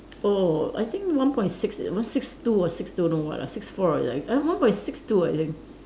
oh I think one point six one six two or six two don't know what ah six four or like uh one point six two I think